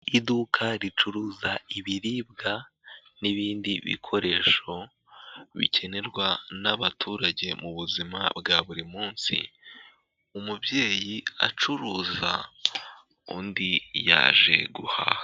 Iduka ricuruza ibiribwa n'ibindi bikoresho bikenerwa n'abaturage mu buzima bwa buri munsi, umubyeyi acuruza, undi yaje guhaha.